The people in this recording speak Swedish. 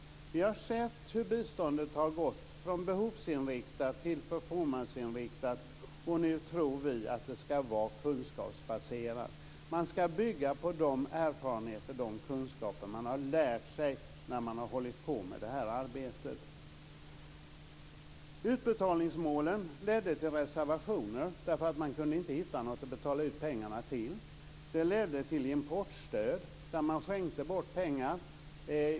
Vi har sett hur biståndet har gått från behovsinriktat till performance-inriktat, och nu tror vi att det ska vara kunskapsbaserat. Man ska bygga på de erfarenheter och kunskaper man har fått när man har hållit på med det här arbetet. Utbetalningsmålen ledde till reservationer, därför att man kunde inte hitta något att betala ut pengarna till. Det ledde till importstöd, där man skänkte bort pengar.